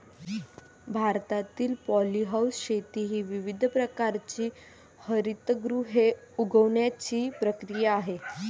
भारतातील पॉलीहाऊस शेती ही विविध प्रकारची हरितगृहे उगवण्याची प्रक्रिया आहे